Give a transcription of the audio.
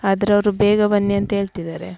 ಆದ್ರೆ ಅವರು ಬೇಗ ಬನ್ನಿ ಅಂತ ಹೇಳ್ತಿದಾರೆ